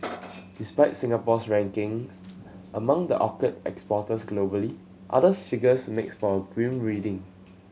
despite Singapore's rankings among the orchid exporters globally other figures make for grim reading